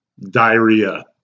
diarrhea